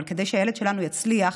אבל כדי שהילד שלנו יצליח,